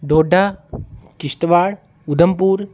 Doda Kishtwar Udhampur